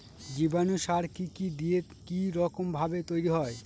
জীবাণু সার কি কি দিয়ে কি রকম ভাবে তৈরি হয়?